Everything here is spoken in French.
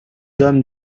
dame